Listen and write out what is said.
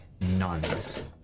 nuns